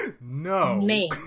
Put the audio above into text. No